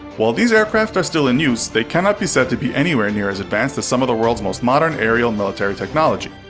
while these aircraft are still in use, they cannot be said to be anywhere near as advanced as some of the world's more modern aerial military technology.